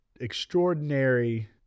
extraordinary